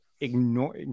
ignore